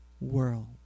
world